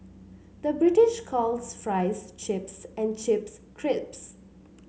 the British calls fries chips and chips crisps